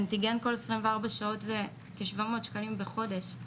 אנטיגן כל 24 שעות זה כ-700 שקלים בחודש.